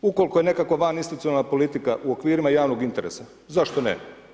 Ukoliko je nekako vaninstitucionalna politika u okvirima javnog interesa, zašto ne?